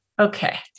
Okay